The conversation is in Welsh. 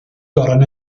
goron